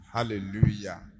Hallelujah